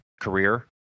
career